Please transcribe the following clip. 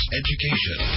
education